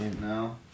No